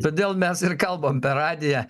todėl mes ir kalbam per radiją